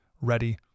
ready